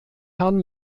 herrn